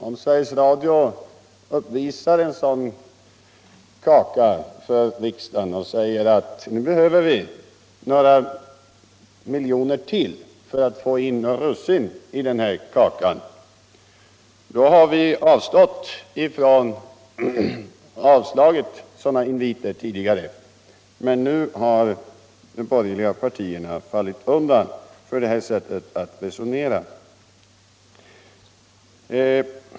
Om Sveriges Radio uppvisat en sådan kaka för riksdagen och sagt att nu behöver man några miljoner till för att få in russin i den här kakan så har riksdagen avvisat sådana inviter tidigare. Men nu har de borgerliga partierna fallit undan för detta sätt att resonera.